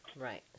Right